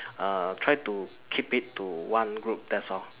err try to keep it to one group that's all